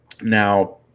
Now